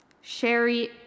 Sherry